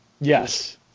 yes